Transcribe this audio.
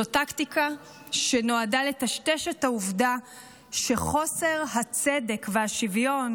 זאת טקטיקה שנועדה לטשטש את העובדה שחוסר הצדק והשוויון